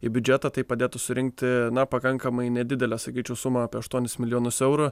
į biudžetą tai padėtų surinkti na pakankamai nedidelę sakyčiau sumą apie aštuonis milijonus eurų